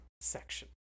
section